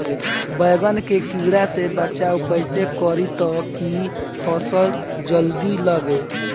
बैंगन के कीड़ा से बचाव कैसे करे ता की फल जल्दी लगे?